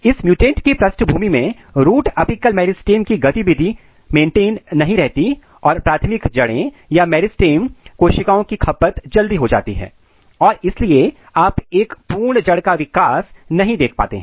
इस म्युटेंट की पृष्ठभूमि में रूट अपिकल मेरिस्टम की गतिविधि मेंटेन नहीं रहती और प्राथमिक जड़े या मेरिस्टेम कोशिकाओं की खपत जल्दी हो जाती है और इसीलिए आप एक पूर्ण जड़ का विकास नहीं देख पाते हैं